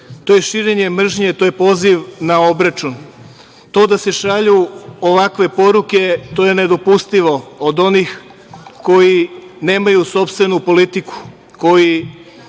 To je širenje mržnje, to je poziv na obračun. To da se šalju ovakve poruke, to je nedopustivo od onih koji nemaju sopstvenu politiku, koji